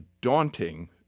daunting